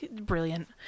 brilliant